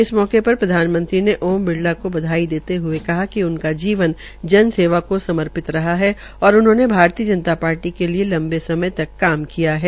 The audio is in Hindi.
इस अवसर पर प्रधानमंत्री ने ओम बिड़ला को बधाई देते हये कहा कि उनका जीवन जन सेवा को समर्पित रहा है और उन्होनें भारतीय जनता पार्टी के लिये लंबे समय तक काम किया है